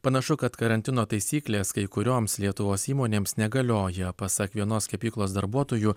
panašu kad karantino taisyklės kai kurioms lietuvos įmonėms negalioja pasak vienos kepyklos darbuotojų